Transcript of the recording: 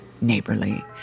neighborly